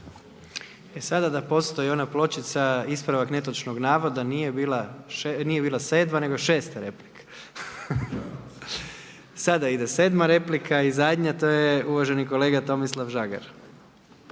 E sada da postoji ona pločica ispravak netočnog navoda, nije bila sedma nego šesta replika. Sada ide sedma replika i zadnja, to je uvaženi kolega Tomislav Žagar.